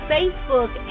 Facebook